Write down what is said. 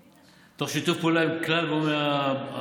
תוך שיתוף פעולה עם כלל הגורמים הרלוונטיים,